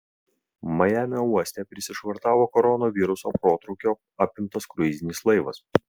majamio uoste prisišvartavo koronaviruso protrūkio apimtas kruizinis laivas